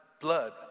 blood